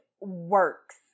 works